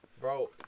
Bro